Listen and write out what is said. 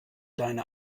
deine